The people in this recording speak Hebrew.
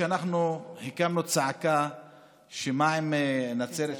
כשאנחנו הקמנו צעקה מה עם נצרת,